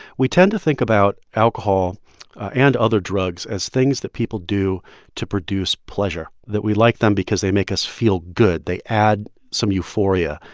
we tend to think about alcohol and other drugs as things that people do to produce pleasure, that we like them because they make us feel good. they add some euphoria.